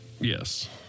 Yes